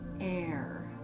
air